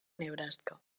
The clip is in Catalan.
nebraska